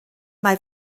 mae